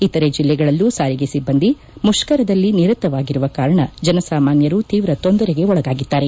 ಇತರೆ ಜಲ್ಲೆಗಳಲ್ಲೂ ಸಾರಿಗೆ ಸಿಬ್ಲಂದಿ ಮುಷ್ಠರದಲ್ಲಿ ನಿರತವಾಗಿರುವ ಕಾರಣ ಜನಸಾಮಾನ್ಯರು ಶೀವ್ರ ತೊಂದರೆಗೆ ಒಳಗಾಗಿದ್ದಾರೆ